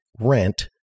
rent